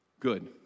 Good